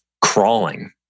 crawling